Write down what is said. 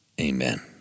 Amen